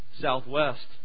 Southwest